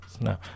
No